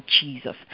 Jesus